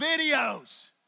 videos